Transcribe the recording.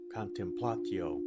contemplatio